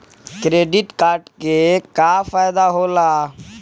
Credit card के का फायदा होला?